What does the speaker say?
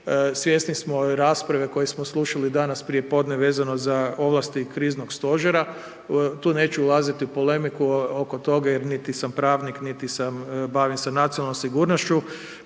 Svjesni smo rasprave koju smo slušali danas prijepodne vezano za ovlasti Kriznog stožera. Tu neću ulaziti u polemiku oko toga jer niti sam pravnik niti sam, bavim se nacionalnom sigurnošću,